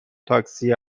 تاکسی